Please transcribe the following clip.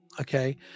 Okay